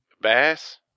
Bass